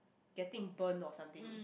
getting burned or something